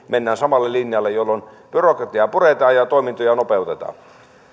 mennään samalle linjalle jolloin byrokratiaa puretaan ja toimintoja nopeutetaan